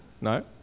No